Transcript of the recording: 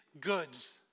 goods